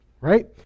right